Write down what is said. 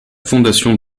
fondation